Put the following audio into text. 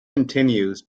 continues